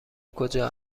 کجا